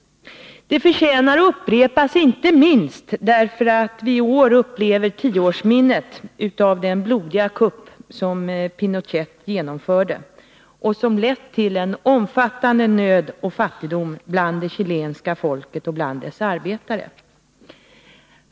Det förtjänar att upprepas, inte minst därför att vi i år upplever tioårsminnet av den blodiga kupp som Pinochet genomförde och som lett till omfattande nöd och fattigdom bland det chilenska folket, bland dess arbetare.